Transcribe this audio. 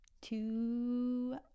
two